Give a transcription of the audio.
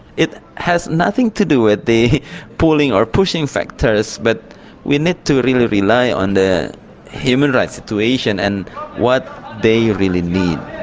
it has nothing to do with the pulling or pushing factors, but we need to really rely on the human rights situation and what they really need.